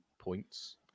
points